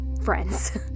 friends